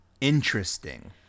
interesting